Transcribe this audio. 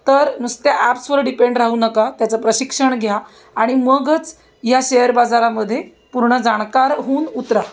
तर नुसत्या ॲप्सवर डिपेंड राहू नका त्याचं प्रशिक्षण घ्या आणि मगच या शेअर बाजारामध्ये पूर्ण जाणकार होऊन उतरा